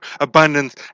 abundance